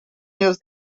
news